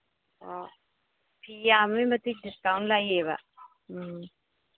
ꯐꯤ ꯌꯥꯝꯃꯤ ꯃꯇꯤꯛ ꯗꯤꯁꯀꯥꯎꯟ ꯂꯩꯌꯦꯕ ꯎꯝ